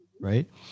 right